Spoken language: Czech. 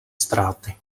ztráty